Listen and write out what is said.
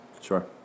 Sure